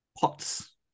pots